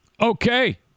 Okay